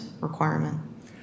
requirement